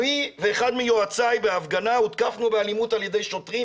אני ואחד מיועציי בהפגנה הותקפנו באלימות על ידי שוטרים,